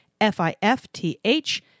F-I-F-T-H